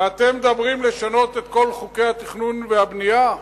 ואתם מדברים על לשנות את כל חוקי התכנון והבנייה?